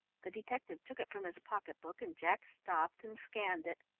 the detective took it from his pocket book and jack stopped and scanned it.